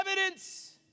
evidence